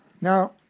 Now